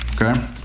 Okay